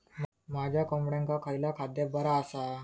माझ्या कोंबड्यांका खयला खाद्य बरा आसा?